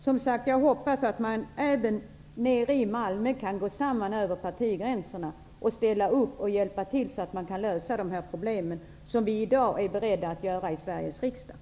Som sagt, jag hoppas att man även i Malmö kan gå samman över partigränserna, på samma sätt som vi i dag är beredda att göra i Sveriges riksdag, och ställa upp och hjälpa till, så att man kan lösa dessa problem.